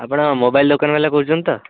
ଆପଣ ମୋବାଇଲ ଦୋକାନ ବାଲା କହୁଛନ୍ତି ତ